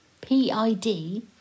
P-I-D